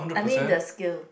I mean the skill